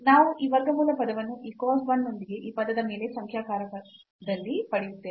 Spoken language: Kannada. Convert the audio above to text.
ನಾವು ಈ ವರ್ಗಮೂಲ ಪದವನ್ನು ಈ cos 1 ನೊಂದಿಗೆ ಈ ಪದದ ಮೇಲೆ ಸಂಖ್ಯಾಕಾರಕದಲ್ಲಿ ಪಡೆಯುತ್ತೇವೆ